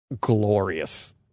glorious